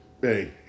hey